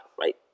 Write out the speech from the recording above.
right